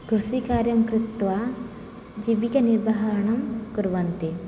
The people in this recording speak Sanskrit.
कृषिकार्यं कृत्वा जीविकानिर्वहणं कुर्वन्ति